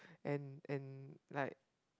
and and like